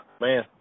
man